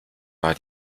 war